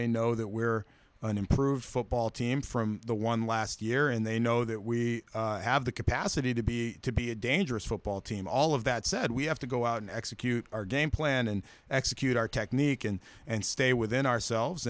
they know that we're an improved football team from the one last year and they know that we have the capacity to be to be a dangerous football team all of that said we have to go out and execute our game plan and execute our technique and and stay within ourselves